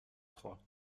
trois